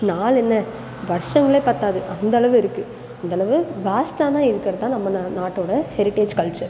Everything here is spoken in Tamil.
நாள் என்ன வருஷங்களே பத்தாது அந்த அளவு இருக்குது அந்த அளவு வாஸ்ட்டாக இருக்கிறது தான் நம்ம நா நாட்டோடய ஹெரிடேஜ் கல்ச்சர்